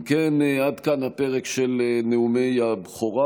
אם כן, עד כאן הפרק של נאומי הבכורה.